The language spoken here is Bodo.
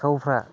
सिखावफ्रा